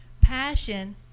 passion